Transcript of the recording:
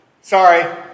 Sorry